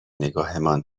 نگاهمان